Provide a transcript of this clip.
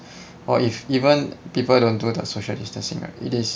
or if even people don't do the social distancing right it is